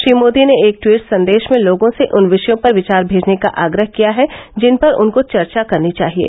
श्री मोदी ने एक टवीट संदेश में लोगों से उन विषयों पर विचार भेजने का आग्रह किया है जिन पर उनको चर्चा करनी चाहिये